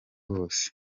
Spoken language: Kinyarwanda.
wose